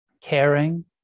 caring